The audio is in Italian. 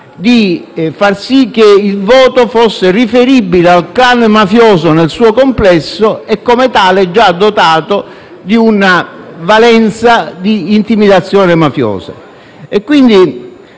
di far sì che il voto sia riferibile al *clan* mafioso nel suo complesso e, come tale, già dotato di una valenza di intimidazione mafiosa.